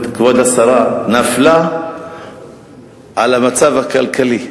כבוד השרה, נפלה בגלל המצב הכלכלי,